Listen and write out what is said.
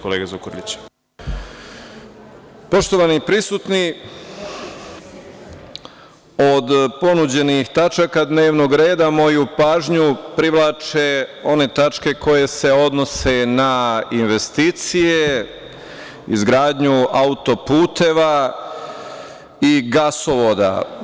Poštovani prisutni, od ponuđenih tačaka dnevnog reda, moju pažnju privlače one tačke koje se odnose na investicije, izgradnju auto-puteva i gasovoda.